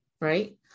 right